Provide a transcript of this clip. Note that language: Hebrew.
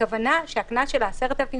הכוונה היא שהקנס של 10,000 ש"ח,